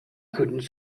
couldn’t